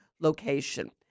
location